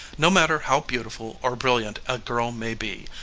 no matter how beautiful or brilliant a girl may be,